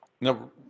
No